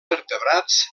vertebrats